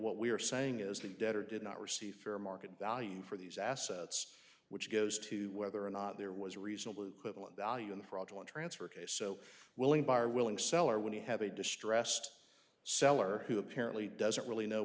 what we are saying is the debtor did not receive fair market value for these assets which goes to whether or not there was a reasonable equivalent value in the fraudulent transfer case so willing buyer willing seller when you have a distressed seller who apparently doesn't really know